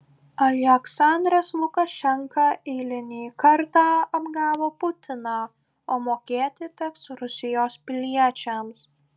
aliaksandras lukašenka eilinį kartą apgavo putiną o mokėti teks rusijos piliečiams